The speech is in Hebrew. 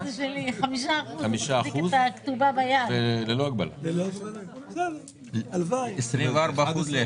יש לכם את נוסח עליו עשינו את התיקונים